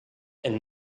and